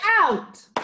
out